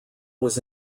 was